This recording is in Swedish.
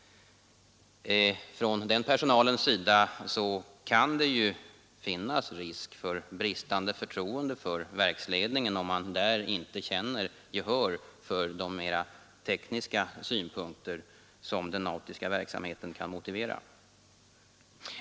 Från den personalens sida kan det då föreligga risk för bristande förtroende för verksledningen, om man inte har gehör för de mera tekniska synpunkter som den nautiska verksamheten kan motivera.